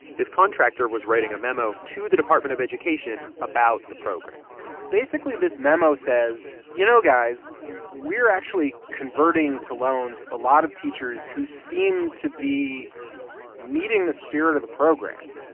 this contractor was writing a memo to the department of education about the program basically, this memo says, you know, guys, we're actually converting to loans a lot of teachers who seem to be meeting the spirit of the program.